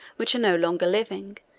which are no longer living,